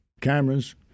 cameras